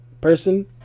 person